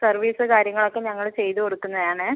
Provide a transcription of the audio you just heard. service കാര്യങ്ങളൊക്കെ ഞങ്ങള് ചെയ്ത് കൊടുക്കുന്നയാണ്